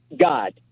God